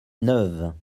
neuve